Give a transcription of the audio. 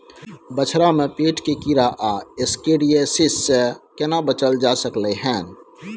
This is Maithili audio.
बछरा में पेट के कीरा आ एस्केरियासिस से केना बच ल जा सकलय है?